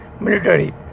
military